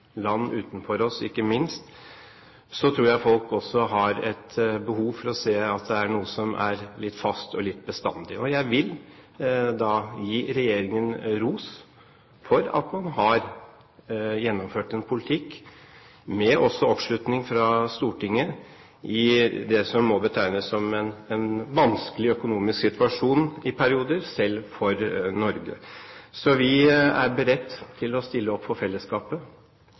land utenfor oss, ikke minst – tror jeg folk har et behov for å se at det er noe som er litt fast og litt bestandig. Jeg vil gi regjeringen ros for at man har gjennomført en politikk, med oppslutning også fra Stortinget, i det som må betegnes som en vanskelig økonomisk situasjon i perioder, selv for Norge. Vi er beredt til å stille opp for fellesskapet,